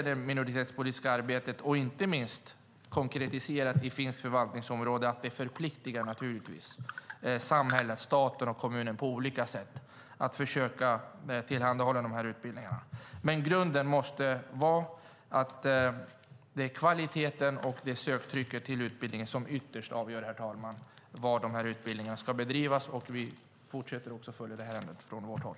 Det minoritetspolitiska arbetet inte minst konkretiserat i finskt förvaltningsområde förpliktigar naturligtvis samhället, staten och kommunen på olika sätt att försöka tillhandahålla dessa utbildningar. Herr talman! Grunden måste vara att det är kvaliteten och söktrycket till utbildningen som ytterst avgör var dessa utbildningar ska bedrivas. Vi fortsätter också att följa ärendet från vårt håll.